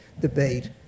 debate